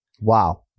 Wow